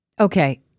Okay